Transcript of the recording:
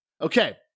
Okay